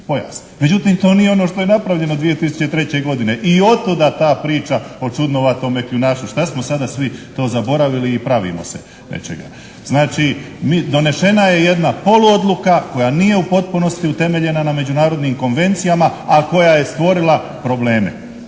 Međutim, to nije ono što je napravljeno 2003. godine i od tuda ta priča o čudnovatome kljunašu. Šta smo sada svi to zaboravili i pravimo se nečega? Znači, donesena je jedna polu odluka koja nije u potpunosti utemeljena na međunarodnim konvencijama a koja je stvorila probleme.